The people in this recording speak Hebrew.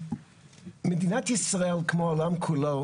מדינת ישראל כמו העולם כולו